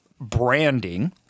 branding